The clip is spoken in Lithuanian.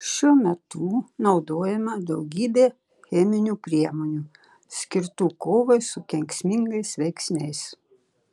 šiuo metu naudojama daugybė cheminių priemonių skirtų kovai su kenksmingais veiksniais